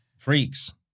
Freaks